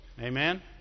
Amen